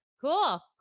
cool